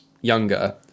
younger